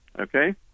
okay